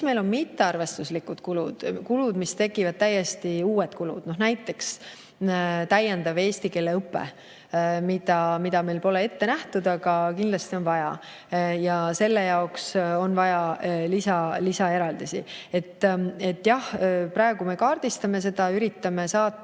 meil on mittearvestuslikud kulud. Tekivad täiesti uued kulud, näiteks täiendav eesti keele õpe, mida meil pole ette nähtud, aga kindlasti on vaja, ja selle jaoks on vaja lisaeraldisi. Jah, praegu me kaardistame seda, üritame saata